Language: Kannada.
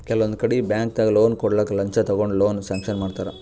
ಕೆಲವೊಂದ್ ಕಡಿ ಬ್ಯಾಂಕ್ದಾಗ್ ಲೋನ್ ಕೊಡ್ಲಕ್ಕ್ ಲಂಚ ತಗೊಂಡ್ ಲೋನ್ ಸ್ಯಾಂಕ್ಷನ್ ಮಾಡ್ತರ್